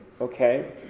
Okay